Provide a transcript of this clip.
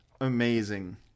Amazing